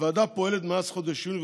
הוועדה פועלת מאז חודש יוני,